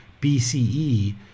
BCE